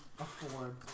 afford